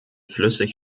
flüssig